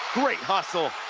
great hustle